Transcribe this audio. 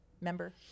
member